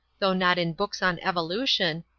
though not in books on evolution,